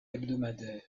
hebdomadaire